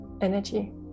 energy